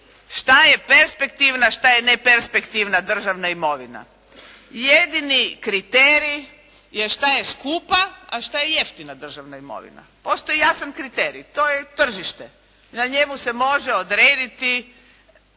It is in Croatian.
Šta je perspektivna, šta je neperspektivna državna imovina. Jedini kriterij je šta je skupa, a šta je jeftina državna imovina. Postoji jasan kriterij, to je tržište, na njemu se može odrediti